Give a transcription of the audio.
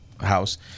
house